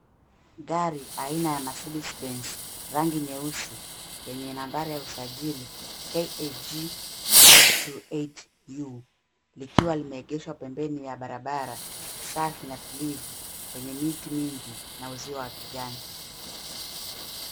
Gari aina ya Mercedes Benz, rangi nyeusi, yenye nambari ya usajili KAG 528U likiwa limeegeshwa pembeni ya barabara safi na tulivu, yenye miti mingi na uzio wa kijani.